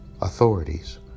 authorities